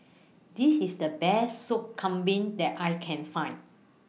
This IS The Best Soup Kambing that I Can Find